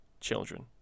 children